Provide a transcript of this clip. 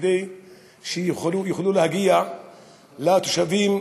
כדי שיוכלו להגיע לתושבים